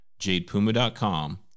jadepuma.com